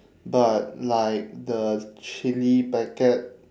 but like the chilli packet